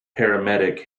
paramedic